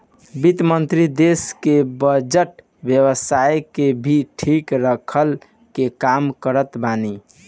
वित्त मंत्री देस के बजट व्यवस्था के भी ठीक रखला के काम करत बाने